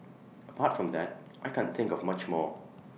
apart from that I can't think of much more